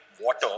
water